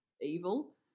evil